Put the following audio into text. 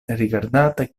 rigardata